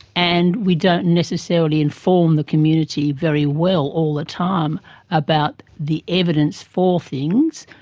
and we don't necessarily inform the community very well all the time about the evidence for things.